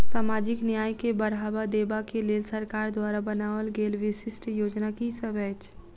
सामाजिक न्याय केँ बढ़ाबा देबा केँ लेल सरकार द्वारा बनावल गेल विशिष्ट योजना की सब अछि?